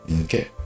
Okay